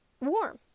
warm